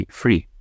free